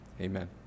amen